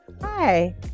hi